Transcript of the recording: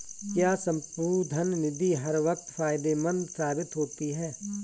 क्या संप्रभु धन निधि हर वक्त फायदेमंद साबित होती है?